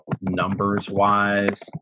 numbers-wise